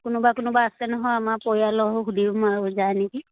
কোনোবা কোনোবা আছে নহয় আমাৰ পৰিয়ালৰো সুধিম আৰু যায় নেকি